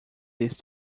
this